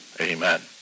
Amen